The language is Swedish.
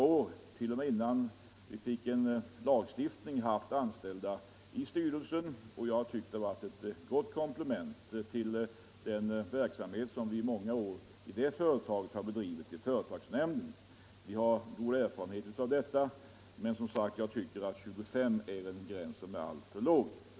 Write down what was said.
I mitt eget företag har vi under många år haft anställda med i styrelsen, och jag tycker att det har varit ett fint komplement till den verksamhet som vi under många år i det företaget har bedrivit i företagsnämnden. Vi har alltså god erfarenhet av detta system, men jag tyckeriändå att 25 anställda är en, gräns som är alltför låg.